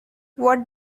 what